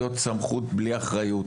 שאפשר להעביר את הקווים, ולהחליט: